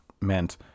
meant